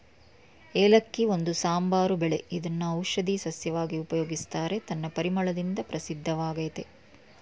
ಏಲಕ್ಕಿ ಒಂದು ಸಾಂಬಾರು ಬೆಳೆ ಇದ್ನ ಔಷಧೀ ಸಸ್ಯವಾಗಿ ಉಪಯೋಗಿಸ್ತಾರೆ ತನ್ನ ಪರಿಮಳದಿಂದ ಪ್ರಸಿದ್ಧವಾಗಯ್ತೆ